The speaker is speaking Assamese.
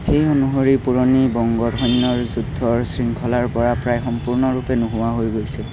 সেই অনুসৰি পুৰণি বংগৰ সৈন্যৰ যুদ্ধৰ শৃংখলাৰ পৰা প্ৰায় সম্পূৰ্ণৰূপে নোহোৱা হৈ গৈছিল